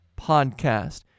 Podcast